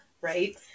right